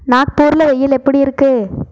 நாக்பூரில் வெயில் எப்படி இருக்குது